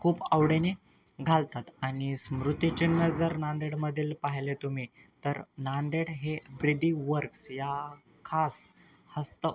खूप आवडीने घालतात आणि स्मृतिचिन्ह जर नांदेडमधील पाहिले तुम्ही तर नांदेड हे भ्रिदी वर्क्स या खास हस्त